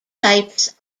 types